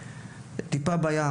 זוהי טיפה בים.